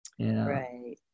Right